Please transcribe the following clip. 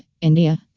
India